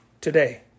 today